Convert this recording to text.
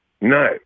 No